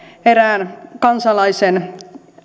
erään kansalaisen